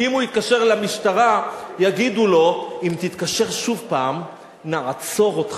כי אם הוא יתקשר למשטרה יגידו לו: אם תתקשר שוב הפעם נעצור אותך.